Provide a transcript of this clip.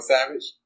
Savage